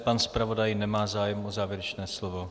Pan zpravodaj nemá zájem o závěrečné slovo.